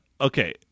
Okay